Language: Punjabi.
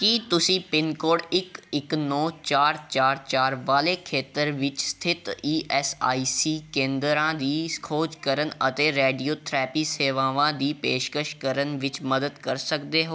ਕੀ ਤੁਸੀਂ ਪਿੰਨਕੋਡ ਇੱਕ ਇੱਕ ਨੌ ਚਾਰ ਚਾਰ ਚਾਰ ਵਾਲੇ ਖੇਤਰ ਵਿੱਚ ਸਥਿਤ ਈ ਐੱਸ ਆਈ ਸੀ ਕੇਂਦਰਾਂ ਦੀ ਖੋਜ ਕਰਨ ਅਤੇ ਰੇਡੀਓਥੈਰੇਪੀ ਸੇਵਾਵਾਂ ਦੀ ਪੇਸ਼ਕਸ਼ ਕਰਨ ਵਿੱਚ ਮਦਦ ਕਰ ਸਕਦੇ ਹੋ